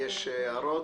יש הערות?